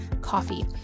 coffee